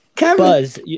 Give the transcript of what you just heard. Buzz